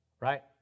right